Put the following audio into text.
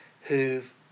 who've